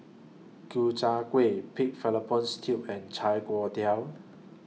Ku Chai Kueh Pig Fallopian Tubes and Chai Tow Kuay